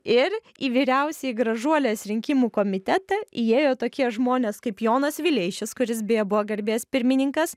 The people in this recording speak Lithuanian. ir į vyriausiąjį gražuolės rinkimų komitetą įėjo tokie žmonės kaip jonas vileišis kuris beje buvo garbės pirmininkas